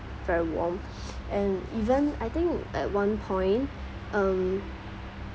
very warm and even I think at one point um